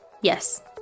Yes